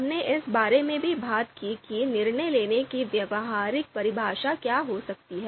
हमने इस बारे में भी बात की कि निर्णय लेने की व्यावहारिक परिभाषा क्या हो सकती है